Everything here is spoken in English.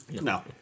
No